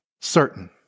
certain